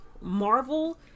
Marvel